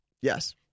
Yes